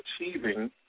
achieving